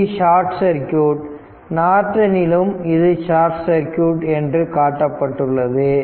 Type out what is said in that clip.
இது short circuit நார்டனிலும் இது ஷார்ட் சர்க்யூட் என்று காட்டப்பட்டுள்ளது